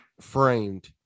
framed